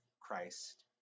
Christ